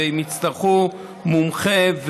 אם יצטרכו מומחה,